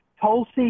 tulsi